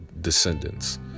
descendants